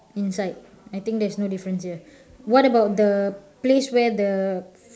inside I think there is no difference here what about the place where the